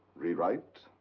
rewrite.